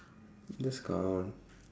just count